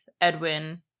Edwin